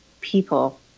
people